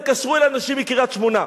התקשרו אלי אנשים מקריית-שמונה.